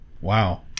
wow